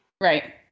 right